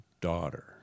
daughter